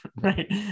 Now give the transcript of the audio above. Right